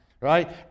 right